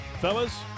Fellas